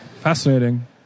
Fascinating